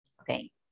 Okay